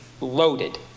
loaded